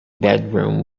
bedroom